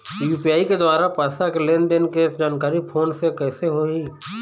UPI के द्वारा पैसा के लेन देन के जानकारी फोन से कइसे होही?